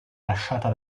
lasciata